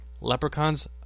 leprechauns